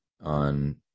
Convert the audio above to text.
on